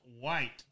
white